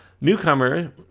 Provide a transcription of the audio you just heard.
newcomer